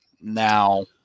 now